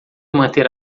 manter